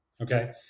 Okay